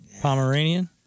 Pomeranian